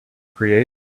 create